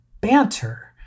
banter